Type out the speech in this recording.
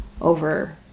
over